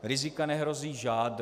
Rizika nehrozí žádná.